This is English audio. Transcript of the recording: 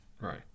right